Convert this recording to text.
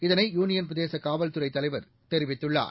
இதனை யூனியன் பிரதேச காவல்துறை தலைவர் தெரிவித்துள்ளார்